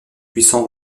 puissant